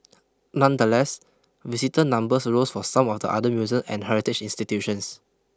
nonetheless visitor numbers rose for some of the other museums and heritage institutions